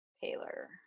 Taylor